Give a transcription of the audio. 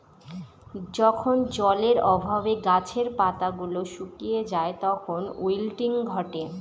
যখন জলের অভাবে গাছের পাতা গুলো শুকিয়ে যায় তখন উইল্টিং ঘটে